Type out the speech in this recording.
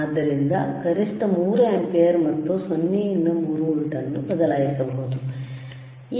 ಆದ್ದರಿಂದ ಗರಿಷ್ಠ 3 ಆಂಪಿಯರ್ ಮತ್ತು 0 ರಿಂದ 30 ವೋಲ್ಟ್ ನ್ನು ಬದಲಾಯಿಸಬಹುದು